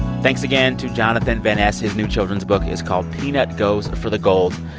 thanks again to jonathan van ness. his new children's book is called peanut goes for the gold.